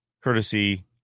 courtesy